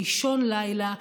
באישון לילה,